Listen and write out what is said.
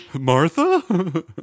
Martha